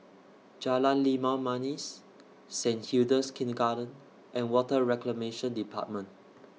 Jalan Limau Manis Saint Hilda's Kindergarten and Water Reclamation department